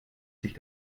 sich